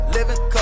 Living